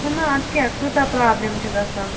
چھُنا اَدٕ کیٛاہ کۭژاہ پرٛابلِم چھِ گژھان